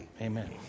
Amen